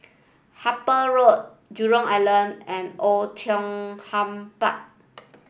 Harper Road Jurong Island and Oei Tiong Ham Park